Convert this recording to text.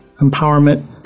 Empowerment